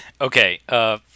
Okay